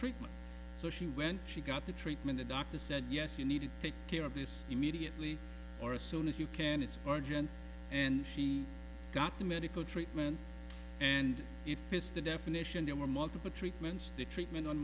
treatment so she went she got the treatment the doctor said yes you need to take care of this immediately or soon as you can it's urgent and she got the medical treatment and it fits the definition there were multiple treatments the treatment on